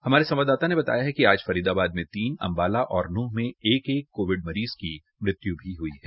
हमारे संवाददाता ने बताया है कि आज फरीदाबाद में तीन अम्बाला और नूंह में एक एक कोविड मरीज की मृत्यु भी हुई है